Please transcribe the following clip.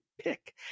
pick